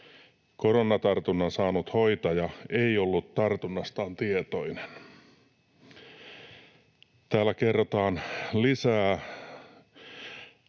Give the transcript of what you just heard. Koronatartunnan saanut hoitaja ei ollut tartunnastaan tietoinen.” Täällä kerrotaan lisää